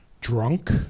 Drunk